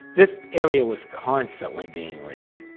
this area was constantly being raided,